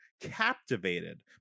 captivated